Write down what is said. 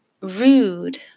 rude